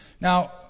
now